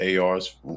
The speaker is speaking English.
AR's